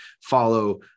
follow